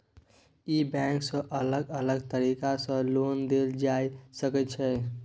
ई bank सँ अलग अलग तरीका सँ लोन देल जाए सकै छै